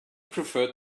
preferred